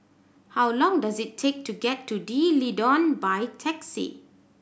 how long does it take to get to D'Leedon by taxi